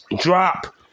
drop